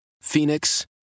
phoenix